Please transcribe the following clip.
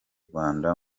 rwanda